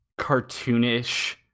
cartoonish